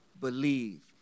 Believe